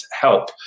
help